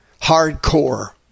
hardcore